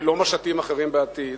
ולא משטים אחרים בעתיד,